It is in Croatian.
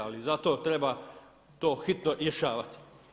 Ali zato treba to hitno rješavati.